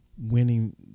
winning